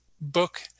book